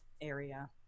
area